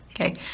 okay